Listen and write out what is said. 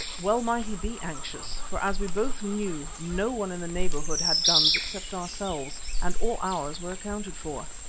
well might he be anxious, for as we both knew, no one in the neighbourhood had guns except ourselves, and all ours were accounted for.